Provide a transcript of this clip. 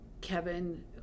Kevin